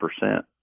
percent